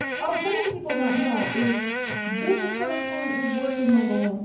oh something people don't know, is this acrylic paint would work with my golden.